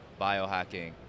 biohacking